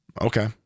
Okay